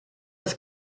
das